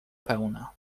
pełna